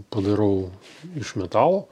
padarau iš metalo